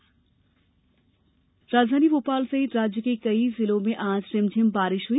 मौसम राजधानी भोपाल सहित राज्य के कई जिलों में आज रिमझिम बारिश हुई